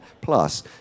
plus